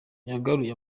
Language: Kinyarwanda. yagaruye